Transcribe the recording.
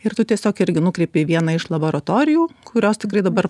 ir tu tiesiog irgi nukreipė į vieną iš laboratorijų kurios tikrai dabar